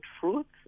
fruits